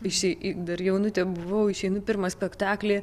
išei dar jaunutė buvau išeinu pirmą spektaklį